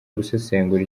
gusesengura